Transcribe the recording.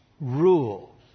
rule